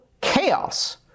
chaos